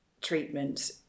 treatment